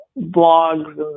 blogs